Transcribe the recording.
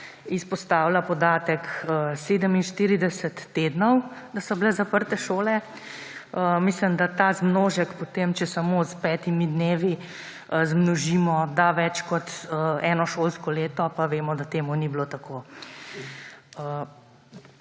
izpostavila podatek 47 tednov, da so bile šole zaprte. Mislim, da ta zmnožek potem, če samo s petimi dnevi zmnožimo, da več kot eno šolsko leto, pa vemo, da to ni bilo tako.